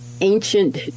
ancient